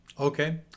Okay